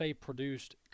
produced